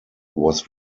was